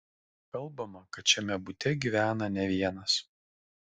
kalbama kad šiame bute gyvena ne vienas